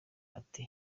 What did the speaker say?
ati